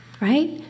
right